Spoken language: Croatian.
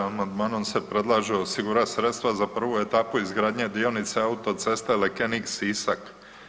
Amandmanom se predlaže osigurati sredstva za prvu etapu izgradnje dionice autoceste Lekenik-Sisak.